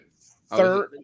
Third